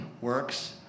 works